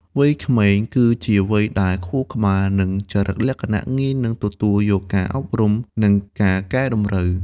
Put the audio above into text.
វ័យក្មេងគឺជាវ័យដែលខួរក្បាល និងចរិតលក្ខណៈងាយនឹងទទួលយកការអប់រំ និងការកែតម្រូវ។